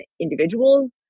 individuals